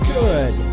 good